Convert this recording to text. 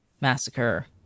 massacre